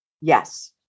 Yes